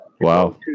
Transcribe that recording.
wow